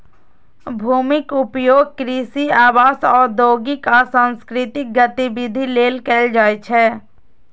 भूमिक उपयोग कृषि, आवास, औद्योगिक आ सांस्कृतिक गतिविधि लेल कैल जाइ छै